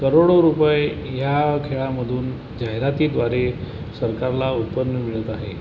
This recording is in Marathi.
करोडो रुपये या खेळामधून जाहिरातीद्वारे सरकारला उत्पन्न मिळत आहे